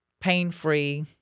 pain-free